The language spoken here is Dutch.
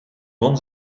won